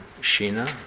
Sheena